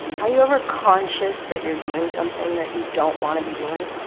are you ever conscious that you're doing something that you don't want to be doing